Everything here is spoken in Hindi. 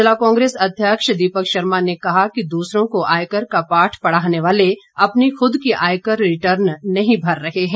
जिला कांग्रेस अध्यक्ष दीपक शर्मा ने कहा कि दूसरों को आयकर का पाठ पढ़ाने वाले अपनी खुद की आयकर रिटर्न नहीं भर रहे हैं